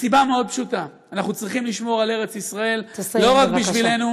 מסיבה מאוד פשוטה: אנחנו צריכים לשמור על ארץ ישראל לא רק בשבילנו,